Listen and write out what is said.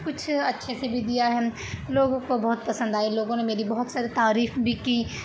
کچھ اچھے سے بھی دیا ہے لوگوں کو بہت پسند آئے لوگوں نے میری بہت ساری تعریف بھی کی